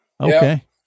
Okay